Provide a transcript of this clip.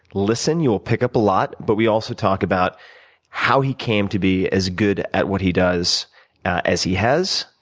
listen. you will pick up a lot. but we also talk about how he came to be as good at what he does as he is.